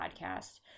podcast